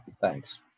Thanks